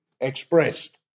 expressed